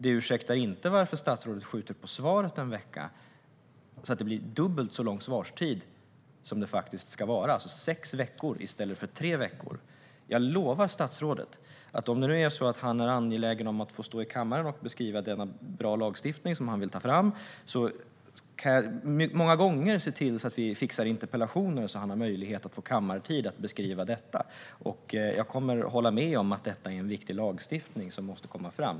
Det förklarar inte varför statsrådet skjuter på svaret en vecka så att svarstiden blir dubbelt så lång som den ska vara, alltså sex veckor i stället för tre veckor. Jag lovar statsrådet att om han är angelägen om att få stå i kammaren och beskriva denna bra lagstiftning som han vill ta fram, då kan jag många gånger fixa interpellationer så att han får kammartid till att beskriva detta. Jag kommer att hålla med om att detta är viktig lagstiftning som måste komma fram.